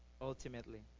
ultimately